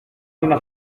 una